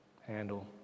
handle